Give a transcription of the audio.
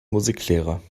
musiklehrer